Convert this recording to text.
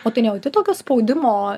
o tu nejauti tokio spaudimo